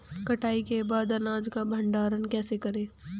कटाई के बाद अनाज का भंडारण कैसे करें?